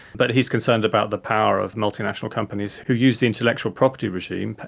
but he's concerned about the power of multinational companies who use the intellectual property regime,